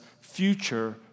future